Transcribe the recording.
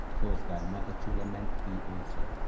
cause thy mother to lament thee also.